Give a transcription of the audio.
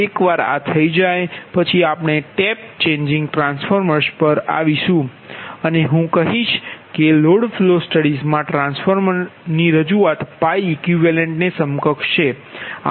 એકવાર આ થઈ જાય પછી આપણે ટેપ ચેંગિન્ગ ટ્રાન્સફોર્મર્સ પર આવીશું અને હું કહીશ કે લોડ ફ્લો સ્ટડીઝમાં ટ્રાન્સફોર્મર રજૂઆત જે π equivalent ને સમકક્ષ છે